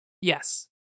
Yes